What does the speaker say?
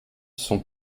sont